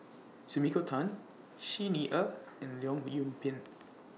Sumiko Tan Xi Ni Er and Leong Yoon Pin